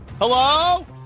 Hello